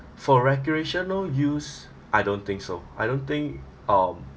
for recreational use I don't think so I don't think um